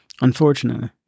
Unfortunately